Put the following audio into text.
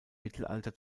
mittelalter